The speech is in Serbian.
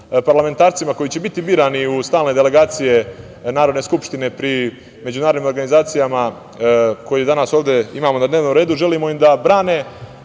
parlamentarcima koji će biti birani u stalne delegacije Narodne skupštine pri međunarodnim organizacijama, koje danas ovde imamo na dnevnom redu, želimo im da brane